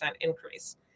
increase